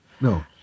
No